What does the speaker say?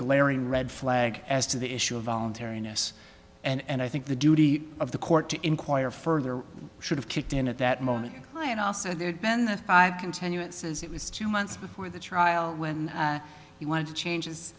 glaring red flag as to the issue of voluntariness and i think the duty of the court to inquire further should have kicked in at that moment ryan also there'd been the five continuances it was two months before the trial when he wanted to changes his